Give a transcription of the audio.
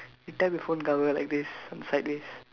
you tap your phone cover like this on sideways